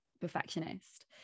perfectionist